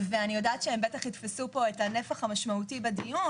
ואני יודעת שהם יתפסו את הנפח המשמעותי בדיון